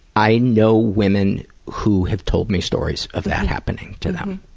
i know women who have told me stories of that happening to them.